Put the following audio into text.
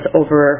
over